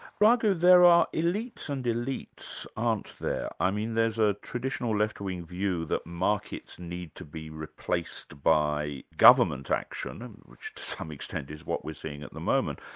raghu, there are elites and elites aren't there? i mean there's a traditional left-wing view that markets need to be replaced by government action, and which to some extent is what we're seeing at the moment.